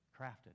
crafted